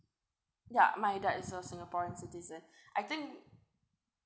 ya my dad is a singaporean citizen I think